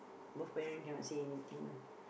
both parents cannot say anything ah